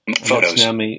Photos